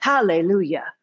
hallelujah